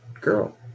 girl